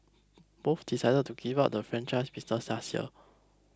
both decided to give up the franchise business last year